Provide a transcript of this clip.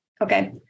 Okay